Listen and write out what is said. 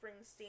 Springsteen